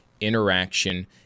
interaction